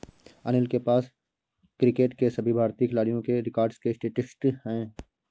अनिल के पास क्रिकेट के सभी भारतीय खिलाडियों के रिकॉर्ड के स्टेटिस्टिक्स है